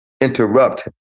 interrupt